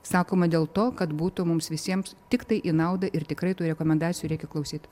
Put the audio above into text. sakoma dėl to kad būtų mums visiems tiktai į naudą ir tikrai tų rekomendacijų reikia klausyt